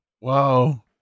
wow